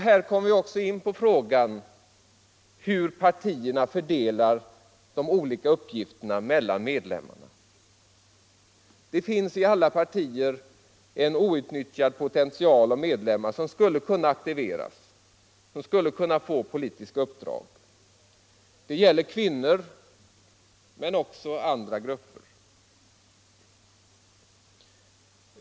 Här kommer vi också in på frågan hur partierna fördelar de olika uppgifterna mellan medlemmarna. Det finns i alla partier en outnyttjad po tential av medlemmar som skulle kunna aktiveras, som skulle kunna få politiska uppdrag. Det gäller kvinnor men också andra grupper.